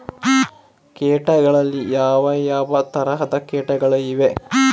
ಕೇಟಗಳಲ್ಲಿ ಯಾವ ಯಾವ ತರಹದ ಕೇಟಗಳು ಇವೆ?